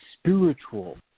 spiritual